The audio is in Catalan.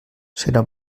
serà